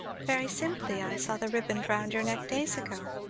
very simply i saw the riband round your neck days ago.